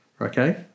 Okay